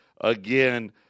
again